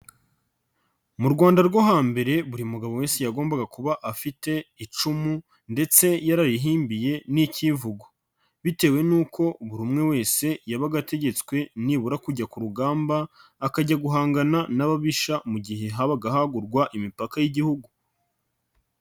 Mu rwanda rwo hambere buri mugabo wese yagombaga kuba afite icumu ndetse yararihimbiye n'icyivugo bitewe n'uko buri umwe wese yabaga ategetswe nibura kujya ku rugamba, akajya guhangana n'ababisha mu gihe habaga hagurwa imipaka y'igihugu.